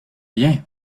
bien